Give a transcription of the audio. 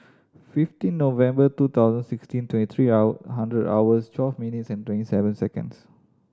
fifteen November two thousand sixteen twenty three hundred hours twelve minutes and twenty seven seconds